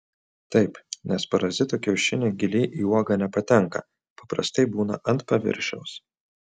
taip nes parazitų kiaušiniai giliai į uogą nepatenka paprastai būna ant paviršiaus